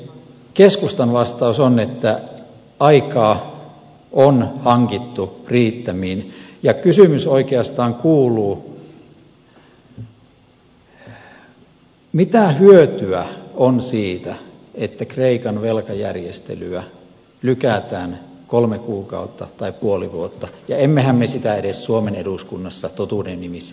keskustan vastaus on että aikaa on hankittu riittämiin ja kysymys oikeastaan kuuluu mitä hyötyä on siitä että kreikan velkajärjestelyä lykätään kolme kuukautta tai puoli vuotta ja emmehän me sitä edes suomen eduskunnassa totuuden nimissä pysty päättämään